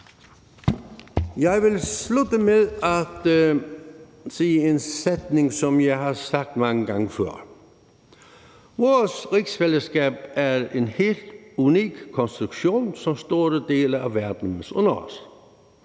Jeg vil slutte med at sige en sætning, som jeg har sagt mange gange før. Vores rigsfællesskab er en helt unik konstruktion, som store dele af verden misunder os,